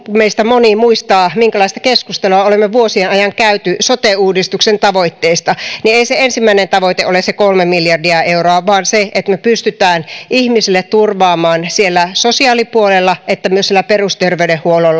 kun meistä moni muistaa minkälaista keskustelua olemme vuosien ajan käyneet sote uudistuksen tavoitteista niin ei se ensimmäinen tavoite ole se kolme miljardia euroa vaan se että me pystymme ihmisille turvaamaan sekä siellä sosiaalipuolella että myös siellä perusterveydenhuollon